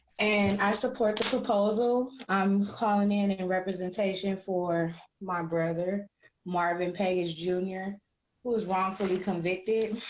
and i support the proposal. i'm calling in and representation for my brother marvin page jr was wrongfully convicted